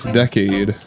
decade